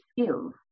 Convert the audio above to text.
skills